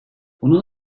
bunu